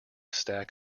stack